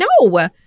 No